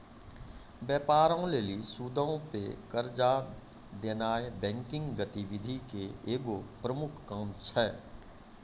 व्यापारो लेली सूदो पे कर्जा देनाय बैंकिंग गतिविधि के एगो प्रमुख काम छै